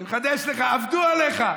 אני מחדש לך: עבדו עליך.